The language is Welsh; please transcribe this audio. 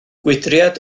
gwydraid